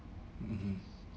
mmhmm